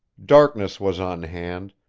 darkness was on hand,